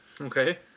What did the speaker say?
Okay